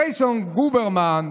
ג'ייסון גוברמן,